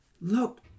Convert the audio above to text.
look